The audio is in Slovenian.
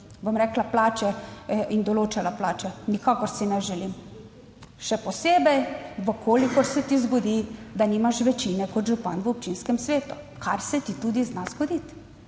plače in določala plače. Nikakor si ne želim, še posebej v kolikor se ti zgodi, da nimaš večine kot župan v občinskem svetu, kar se ti tudi zna zgoditi,